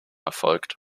erfolgt